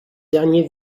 dernier